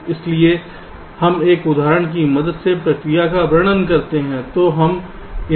इसलिए हम एक उदाहरण की मदद से प्रक्रिया का वर्णन करते हैं